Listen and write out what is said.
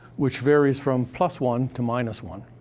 which varies from plus one to minus one.